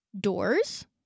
doors